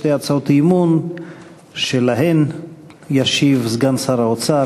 שתי הצעות אי-אמון שעליהן ישיב סגן שר האוצר,